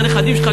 הנכדים שלך,